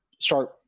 start